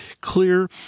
clear